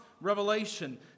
revelation